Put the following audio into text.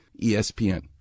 ESPN